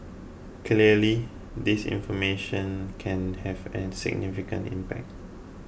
clearly disinformation can have an significant impact